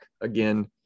again